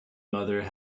mother